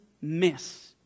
miss